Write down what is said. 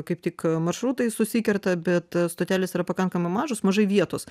kaip tik maršrutai susikerta bet stotelės yra pakankamai mažos mažai vietos